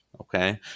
Okay